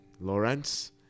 Lawrence